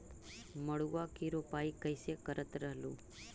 मड़उआ की रोपाई कैसे करत रहलू?